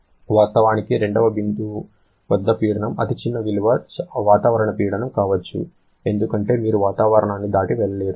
వాస్తవానికి 2 వ బిందువు వద్ద పీడనం అతిచిన్న విలువ వాతావరణ పీడనం కావచ్చు ఎందుకంటే మీరు వాతావరణాన్ని దాటి వెళ్లలేరు